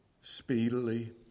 speedily